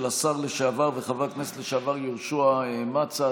השר לשעבר וחבר הכנסת לשעבר יהושע מצא,